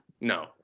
No